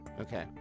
Okay